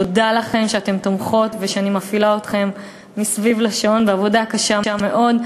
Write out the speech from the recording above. תודה לכן שאתן תומכות כשאני מפעילה אתכן מסביב לשעון בעבודה קשה מאוד,